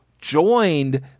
joined